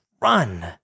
run